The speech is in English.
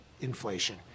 inflation